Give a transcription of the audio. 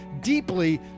deeply